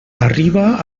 arriba